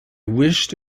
wished